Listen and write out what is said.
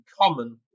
common